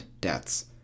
deaths